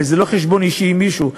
וזה לא חשבון אישי עם מישהו,